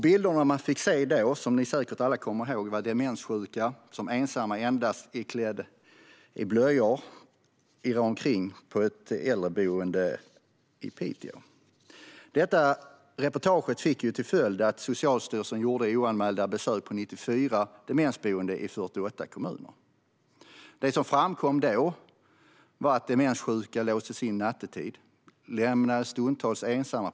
Bilderna vi fick se då, som ni säkert minns, var demenssjuka som ensamma och endast iklädda blöja irrade omkring på ett äldreboende i Piteå. Detta reportage fick till följd att Socialstyrelsen gjorde oanmälda besök på 94 demensboenden i 48 kommuner. Det som då framkom var att på drygt 60 procent av boendena låstes demenssjuka in nattetid och lämnades stundtals ensamma.